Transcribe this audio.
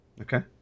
Okay